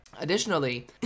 Additionally